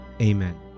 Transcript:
Amen